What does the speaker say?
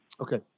Okay